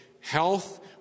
health